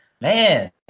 Man